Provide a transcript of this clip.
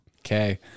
Okay